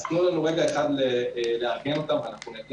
אז תנו לנו רגע אחד לארגן אותן --- אוקיי.